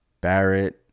Barrett